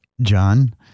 John